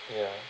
ya